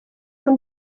pan